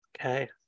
Okay